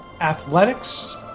Athletics